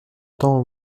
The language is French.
temps